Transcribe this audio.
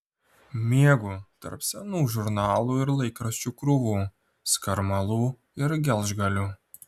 miegu tarp senų žurnalų ir laikraščių krūvų skarmalų ir gelžgalių